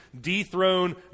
dethrone